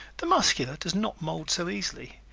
the muscular does not mold so easily,